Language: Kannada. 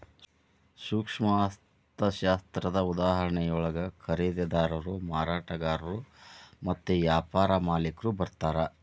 ಸೂಕ್ಷ್ಮ ಅರ್ಥಶಾಸ್ತ್ರದ ಉದಾಹರಣೆಯೊಳಗ ಖರೇದಿದಾರರು ಮಾರಾಟಗಾರರು ಮತ್ತ ವ್ಯಾಪಾರ ಮಾಲಿಕ್ರು ಬರ್ತಾರಾ